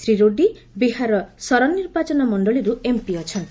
ଶ୍ରୀ ରୁଡ଼ି ବିହାରର ସରନ ନିର୍ବାଚନ ମଣ୍ଡଳୀରୁ ଏମ୍ପି ଅଛନ୍ତି